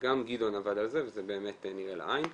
גם גדעון עבד על זה וזה באמת נראה לעין,